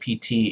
PT